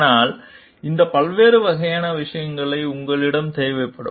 அதனால் இந்த பல்வேறு வகையான விஷயங்கள் உங்களிடமிருந்து தேவைப்படும்